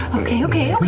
okay, okay,